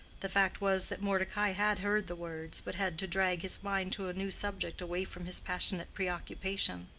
the fact was that mordecai had heard the words, but had to drag his mind to a new subject away from his passionate preoccupation.